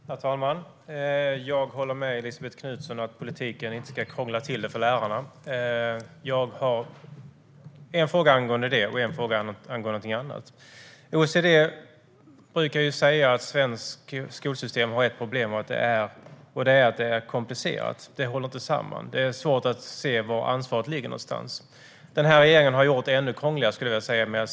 Herr talman! Jag håller med Elisabet Knutsson om att politiken inte ska krångla till det för lärarna. Jag har en fråga angående det och en fråga angående någonting annat. OECD brukar ju säga att det svenska skolsystemet har ett problem, och det är att det är komplicerat. Det håller inte samman. Det är svårt att se var ansvaret ligger. Den här regeringen har gjort det ännu krångligare, skulle jag vilja säga.